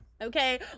Okay